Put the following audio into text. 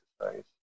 exercise